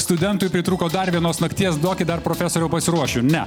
studentui pritrūko dar vienos nakties duokit dar profesoriau pasiruošiu ne